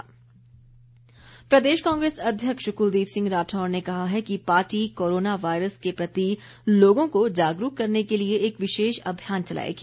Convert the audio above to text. राठौर प्रदेश कांग्रेस अध्यक्ष कुलदीप सिंह राठौर ने कहा है कि पार्टी कोरोना वायरस के प्रति लोगों को जागरूक करने के लिए एक विशेष अभियान चलाएगी